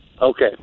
Okay